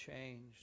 changed